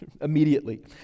immediately